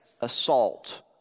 assault